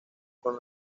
con